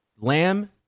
Lamb